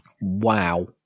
Wow